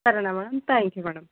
సరేనా madam thank you madam